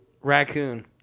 Raccoon